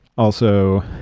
also,